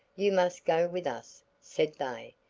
you must go with us said they,